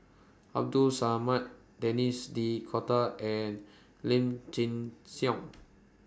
Abdul Samad Denis D'Cotta and Lim Chin Siong